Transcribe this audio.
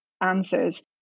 answers